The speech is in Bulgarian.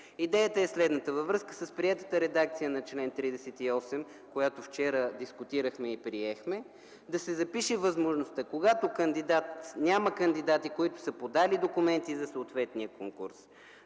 Идеята е следната: във връзка с приетата редакция на чл. 38, която вчера дискутирахме и приехме, да се запише възможността, когато няма кандидати, които са подали документи за съответния конкурс,